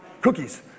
cookies